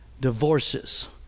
divorces